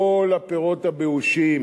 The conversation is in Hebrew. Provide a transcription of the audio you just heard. כל הפירות הבאושים